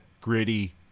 gritty